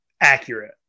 accurate